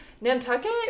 Nantucket